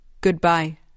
Goodbye